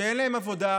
שאין להם עבודה,